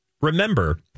Remember